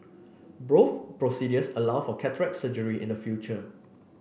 both procedures allow for cataract surgery in the future